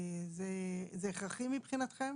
זה הכרחי מבחינתכם